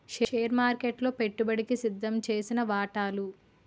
share మార్కెట్లలో పెట్టుబడికి సిద్దంచేసిన వాటాలు